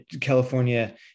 California